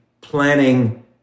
planning